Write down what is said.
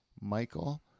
Michael